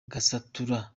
gasatura